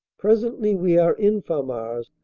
presently we are in famars.